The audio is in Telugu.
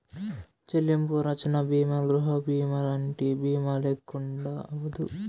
చెల్లింపు రచ్చన బీమా గృహబీమాలంటి బీమాల్లెక్కుండదు